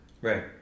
Right